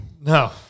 No